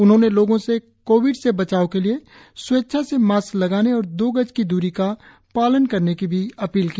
उन्होंने लोगों से कोविड से बचाव के लिए स्वैच्छा से मास्क लगाने और दो गज की दूरी का पालन करने की भी अपील की